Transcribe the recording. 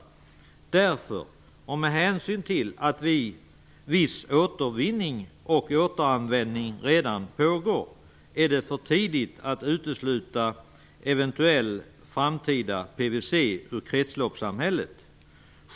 Av den anledningen och med hänsyn till att viss återvinning och återanvändning redan pågår är det för tidigt att utesluta eventuell framtida PVC ur kretsloppssamhället.